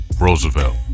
Roosevelt